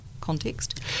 Context